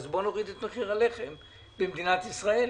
בוא נוריד את מחיר הלחם במדינת ישראל,